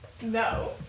No